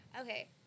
Okay